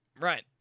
Right